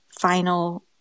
final